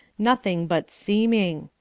nothing but seeming.